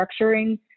structuring